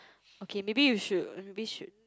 okay maybe you should maybe should